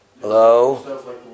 Hello